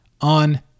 on